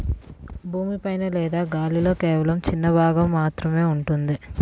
భూమి పైన లేదా గాలిలో కేవలం చిన్న భాగం మాత్రమే ఉంటుంది